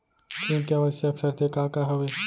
ऋण के आवश्यक शर्तें का का हवे?